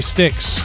Sticks